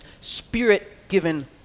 spirit-given